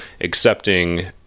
accepting